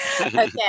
Okay